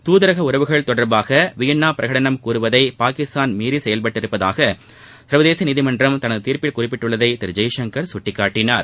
தூதரக உறவுகள் தொடர்பாக வியன்னா பிரகடனம் கூறுவதை பாகிஸ்தாள் மீறி செயல்பட்டுள்ளதாக சர்வதேச நீதிமன்றம் தனது தீர்ப்பில் குறிப்பிட்டுள்ளதை திரு ஜெய்சங்கர் சுட்டிக்காட்டினார்